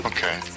Okay